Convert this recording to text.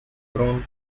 prone